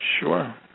sure